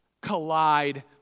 collide